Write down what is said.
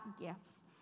gifts